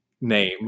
name